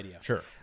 Sure